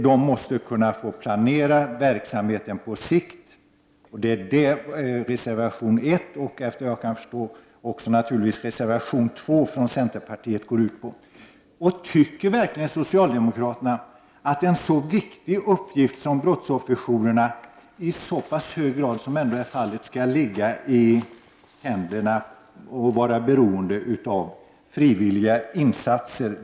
De måste få planera verksamheten på sikt. Det är det reservation 1 och, efter vad jag kan förstå, även reservation 2 från centerpartiet går ut på. Tycker verkligen socialdemokraterna att en så viktig uppgift som brottsofferjourernas i så pass hög grad som är fallet skall ligga i händerna på och vara beroende av frivilliga insatser?